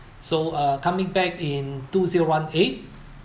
so uh coming back in two zero one eight